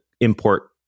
import